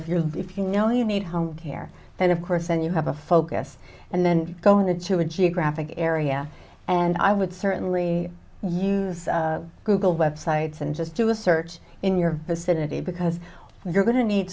if you're if you know you need home care then of course then you have a focus and then you go in there to a geographic area and i would certainly use google websites and just do a search in your vicinity because you're going to need